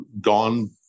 gone